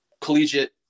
collegiate